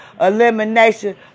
elimination